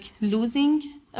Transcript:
losing